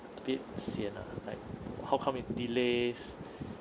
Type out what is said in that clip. a bit sian ah like how come it delays